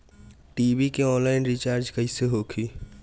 TV के online recharge कैसे होखी?